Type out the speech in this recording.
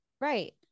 Right